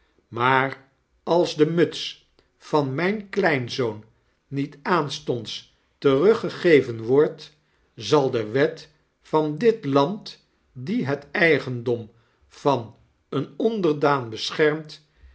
maar als de muts van myn kleinzoon niet aanstonds teruggegeven wordt zal de wet van dit land die het eigendom van een